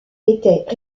étaient